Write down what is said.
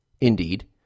Indeed